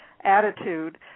attitude